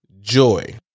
joy